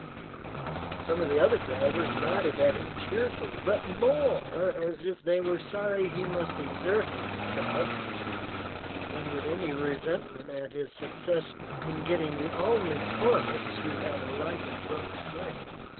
some of the other drivers nodded at him cheerfully, but more as if they were sorry he must exert himself than with any resentment at his success in getting the only tourists who had alighted from the train.